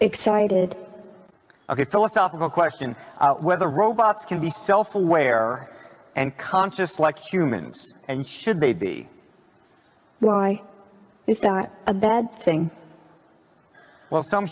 excited a great philosophical question whether robots can be self aware and conscious like humans and should they be why is that a bad thing well some